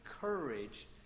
courage